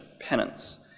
penance